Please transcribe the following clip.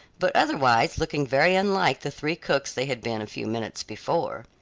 but otherwise looking very unlike the three cooks they had been a few minutes before.